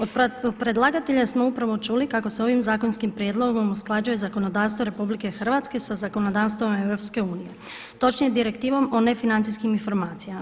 Od predlagatelja smo upravo čuli kako se ovim zakonskim prijedlogom usklađuje zakonodavstvo RH sa zakonodavstvom EU, točnije Direktivom o nefinancijskim informacijama.